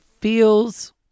feels